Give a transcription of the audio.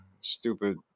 Stupid